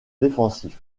défensif